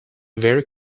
very